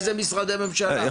איזה משרדי ממשלה.